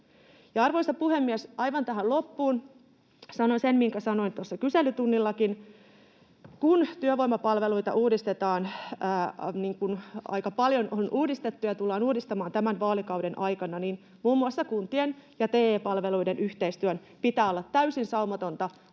Arvoisa puhemies! Aivan tähän loppuun sanon sen, minkä sanoin kyselytunnillakin: kun työvoimapalveluita uudistetaan, niin kuin aika paljon on uudistettu ja tullaan uudistamaan tämän vaalikauden aikana, niin muun muassa kuntien ja TE-palveluiden yhteistyön pitää olla täysin saumatonta, muuten